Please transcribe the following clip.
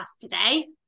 today